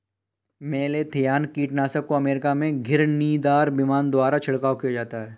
malathion कीटनाशक को America में घिरनीदार विमान द्वारा छिड़काव किया जाता है